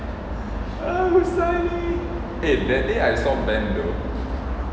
uh huzaini eh that day I saw ben though